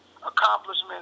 accomplishments